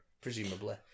Presumably